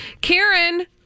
Karen